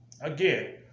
Again